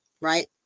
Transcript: right